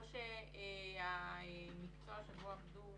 או שהמקצוע שבו עבדו